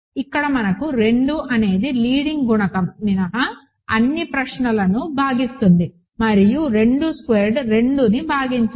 ఇక్కడ మనకు 2 అనేది లీడింగ్ గుణకం మినహా అన్ని ప్రశ్నలను భాగిస్తుంది మరియు 2 స్క్వేర్ 2ని భాగించదు